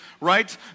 right